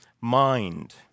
mind